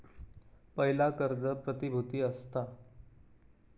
पयला कर्ज प्रतिभुती असता